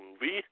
movie